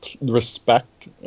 respect